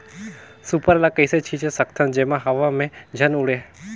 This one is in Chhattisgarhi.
सुपर ल कइसे छीचे सकथन जेमा हवा मे झन उड़े?